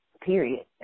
period